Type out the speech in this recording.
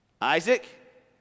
Isaac